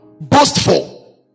boastful